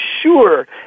sure